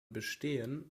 bestehen